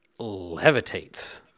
levitates